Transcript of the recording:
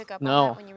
No